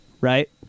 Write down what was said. right